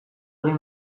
egin